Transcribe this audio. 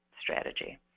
strategy